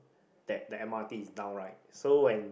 that the m_r_t is down right so when